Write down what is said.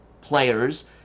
players